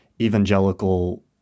evangelical